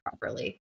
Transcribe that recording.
properly